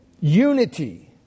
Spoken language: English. unity